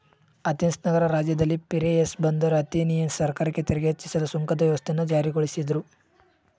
Athens ನಗರ ರಾಜ್ಯದಲ್ಲಿ Piraeus ಬಂದರು ಅಥೆನಿಯನ್ ಸರ್ಕಾರಕ್ಕೆ ತೆರಿಗೆ ಹೆಚ್ಚಿಸಲು ಸುಂಕದ ವ್ಯವಸ್ಥೆಯನ್ನು ಜಾರಿಗೊಳಿಸಿದ್ರು